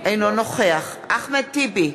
אינו נוכח אחמד טיבי,